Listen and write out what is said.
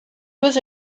was